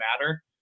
matter